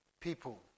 people